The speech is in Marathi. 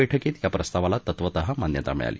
बैठकीत या प्रस्तावाला तत्वतः मान्यता मिळाली